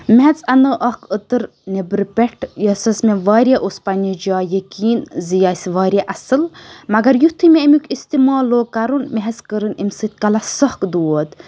مےٚ حظ اَننٲو اَکھ أتٕر نیٚبرٕ پؠٹھ یۄس حظ مےٚ واریاہ اوس پَننہِ جایہِ یٔقیٖن زِ یہِ آسہِ واریاہ اَصل مَگر یِتھُے مےٚ امیُک اِستعمال لوگ کَرُن مےٚ حظ کٔرٕن امہِ سۭتۍ کَلَس سَکھ دود